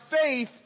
faith